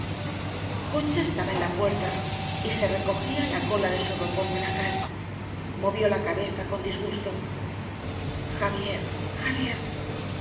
concha estaba en la puerta y se recogía la cola de su ropón monacal movió la cabeza con disgusto xavier xavier